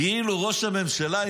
כאילו ראש הממשלה,